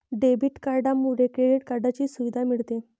debit कार्डमुळे credit कार्डची सुविधा मिळते